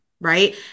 right